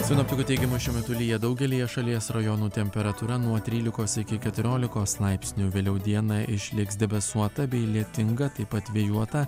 sinoptikų teigimu šiuo metu lyja daugelyje šalies rajonų temperatūra nuo trylikos iki keturiolikos laipsnių vėliau diena išliks debesuota bei lietinga taip pat vėjuota